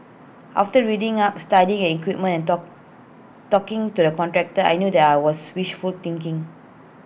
after reading up studying an equipment and talk talking to the contractor I knew that I was wishful thinking